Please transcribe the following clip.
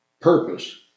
purpose